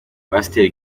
pasiteri